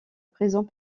présent